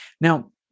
Now